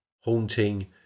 Haunting